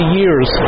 years